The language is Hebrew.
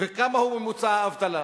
ומהו ממוצע האבטלה,